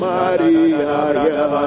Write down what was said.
Maria